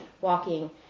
walking